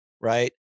right